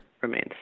remains